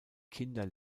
kinder